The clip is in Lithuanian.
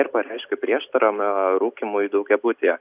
ir pareiškia prieštaravimą rūkymui daugiabutyje